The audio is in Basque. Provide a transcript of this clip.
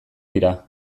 dira